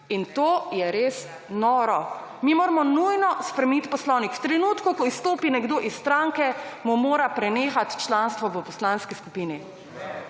in to je res noro. Mi moramo nujno spremenit Poslovnik. V trenutku, ko izstopi nekdo iz stranke, mu mora prenehat članstvo v poslanski skupini